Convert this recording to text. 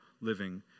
living